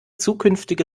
zukünftige